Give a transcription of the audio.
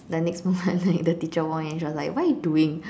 the next moment like the teacher walk in she was like what you doing